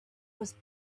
was